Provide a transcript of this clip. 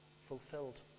fulfilled